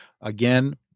again